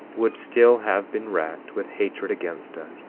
would still have been racked with hatred against us,